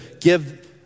give